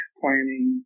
planning